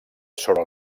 sobre